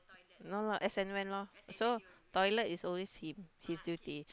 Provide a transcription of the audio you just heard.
no lah as and when lor so toilet is always he his duty